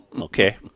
Okay